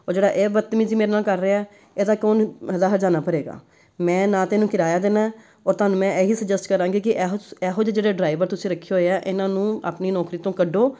ਉਹ ਜਿਹੜਾ ਇਹ ਬਤਮੀਜ਼ੀ ਮੇਰੇ ਨਾਲ ਕਰ ਰਿਹਾ ਇਹਦਾ ਕੌਣ ਇਹਦਾ ਹਰਜ਼ਾਨਾ ਭਰੇਗਾ ਮੈਂ ਨਾ ਤਾਂ ਇਹਨੂੰ ਕਿਰਾਇਆ ਦੇਣਾ ਔਰ ਤੁਹਾਨੂੰ ਮੈਂ ਇਹੀ ਸੁਜੈਸਟ ਕਰਾਂਗੀ ਕਿ ਇਹੋ ਇਹੋ ਜਿਹੇ ਜਿਹੜੇ ਡਰਾਈਵਰ ਤੁਸੀਂ ਰੱਖੇ ਹੋਏ ਆ ਇਹਨਾਂ ਨੂੰ ਆਪਣੀ ਨੌਕਰੀ ਤੋਂ ਕੱਢੋ